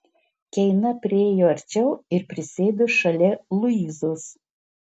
keina priėjo arčiau ir prisėdo šalia luizos